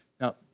Now